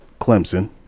Clemson